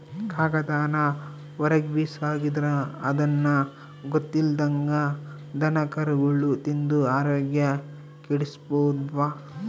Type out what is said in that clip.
ಕಾಗದಾನ ಹೊರುಗ್ಬಿಸಾಕಿದ್ರ ಅದುನ್ನ ಗೊತ್ತಿಲ್ದಂಗ ದನಕರುಗುಳು ತಿಂದು ಆರೋಗ್ಯ ಕೆಡಿಸೆಂಬ್ತವ